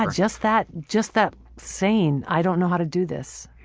yeah, just that just that saying i don't know how to do this.